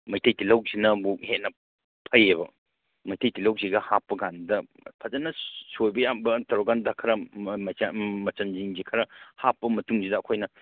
ꯃꯩꯇꯩ ꯇꯤꯜꯍꯧꯁꯤꯅ ꯑꯃꯨꯛ ꯍꯦꯟꯅ ꯐꯩꯑꯕ ꯃꯩꯇꯩ ꯇꯤꯜꯍꯧꯁꯤꯒ ꯍꯥꯞꯄ ꯀꯥꯟꯗꯨꯗ ꯐꯖꯅ ꯁꯣꯏꯕ ꯌꯥꯕꯅ ꯇꯧꯔ ꯀꯥꯟꯗ ꯈꯔ ꯃꯆꯜꯖꯤꯡꯁꯤ ꯈꯔ ꯍꯥꯞꯄ ꯃꯇꯨꯡꯁꯤꯗ ꯑꯩꯈꯣꯏꯅ